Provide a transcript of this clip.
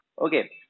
Okay